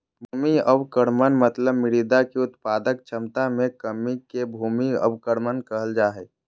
भूमि अवक्रमण मतलब मृदा के उत्पादक क्षमता मे कमी के भूमि अवक्रमण कहल जा हई